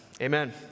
Amen